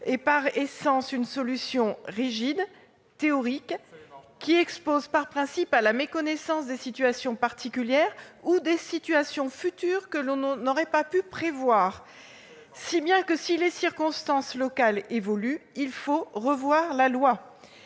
sociaux est une solution rigide, qui expose par principe à la méconnaissance des situations particulières ou des situations futures que l'on n'aurait pas pu prévoir. Absolument ! Si les circonstances locales évoluent, il faut donc revoir la loi.